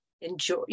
enjoy